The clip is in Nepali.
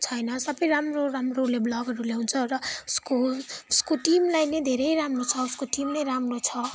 छैन सबै राम्रो राम्रो उसले ब्लगहरू ल्याउँछ र उसको उसको टिमलाई नै धेरै राम्रो छ उसको टिम नै राम्रो छ